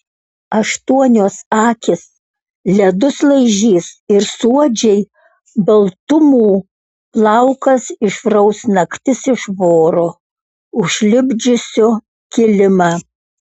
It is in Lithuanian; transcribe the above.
aštuonios akys ledus laižys ir suodžiai baltumų plaukas išraus naktis iš voro užlipdžiusio kilimą